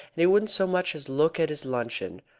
and he wouldn't so much as look at his luncheon,